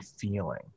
feeling